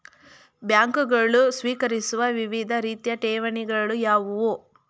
ಬ್ಯಾಂಕುಗಳು ಸ್ವೀಕರಿಸುವ ವಿವಿಧ ರೀತಿಯ ಠೇವಣಿಗಳು ಯಾವುವು?